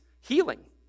healing